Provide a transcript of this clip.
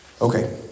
Okay